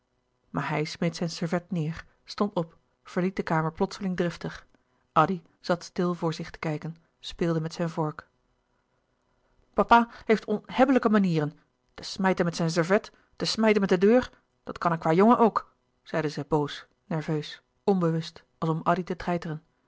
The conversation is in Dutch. maar hij smeet zijn servet neêr stond op verliet de kamer plotseling driftig addy zat stil voor zich te kijken speelde met zijn vork papa heeft onhebbelijke manieren te smijten met zijn servet te smijten met de deur dat kan een kwâjongen ook zeide zij boos nerveus onbewust als om addy te treiteren